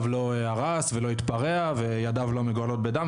לא הרס ולא התפרע וידיו לא מגואלות בדם,